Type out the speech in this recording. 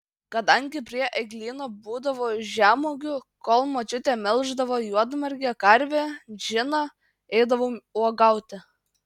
kadangi prie eglyno būdavo žemuogių kol močiutė melždavo juodmargę karvę džiną eidavau uogauti